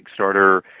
Kickstarter